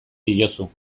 diozu